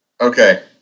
okay